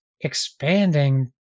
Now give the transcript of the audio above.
expanding